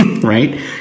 Right